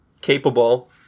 capable